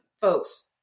folks